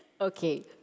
Okay